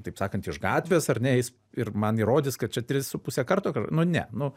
taip sakant iš gatvės ar ne eis ir man įrodys kad čia tris su puse karto kar nu ne nu